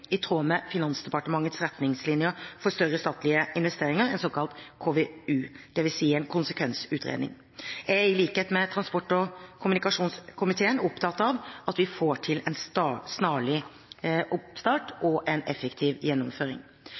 i tråd med Finansdepartementets retningslinjer for større statlige investeringer, en såkalt KVU, det vil si en konseptvalgutredning. Jeg er i likhet med transport- og kommunikasjonskomiteen opptatt av at vi får til en snarlig oppstart og en effektiv gjennomføring.